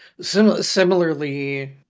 Similarly